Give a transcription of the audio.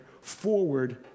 forward